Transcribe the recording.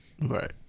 Right